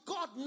God